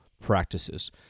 practices